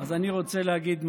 אז אני רוצה להגיד משהו: